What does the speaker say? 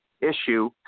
issue